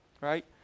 right